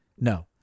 No